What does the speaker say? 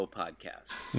podcasts